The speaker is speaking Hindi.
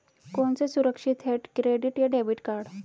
कौन सा सुरक्षित है क्रेडिट या डेबिट कार्ड?